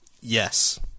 Yes